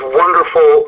wonderful